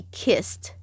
kissed